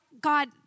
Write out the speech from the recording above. God